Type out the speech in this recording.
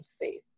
faith